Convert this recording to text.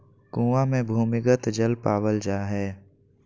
कुआँ मे भूमिगत जल पावल जा हय